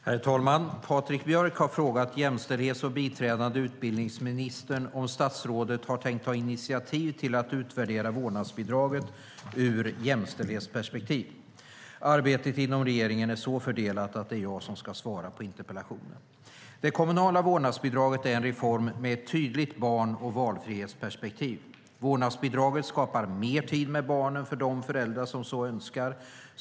Herr talman! Patrik Björck har frågat jämställdhets och biträdande utbildningsministern om statsrådet har tänkt ta initiativ till att utvärdera vårdnadsbidraget ur jämställdhetsperspektiv. Arbetet inom regeringen är så fördelat att det är jag som ska svara på interpellationen. Det kommunala vårdnadsbidraget är en reform med ett tydligt barn och valfrihetsperspektiv. Vårdnadsbidraget skapar mer tid med barnen för de föräldrar som så önskar.